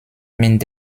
mit